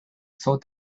saw